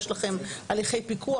יש לכם הליכי פיקוח,